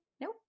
nope